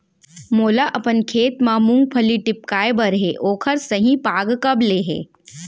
मोला अपन खेत म मूंगफली टिपकाय बर हे ओखर सही पाग कब ले हे?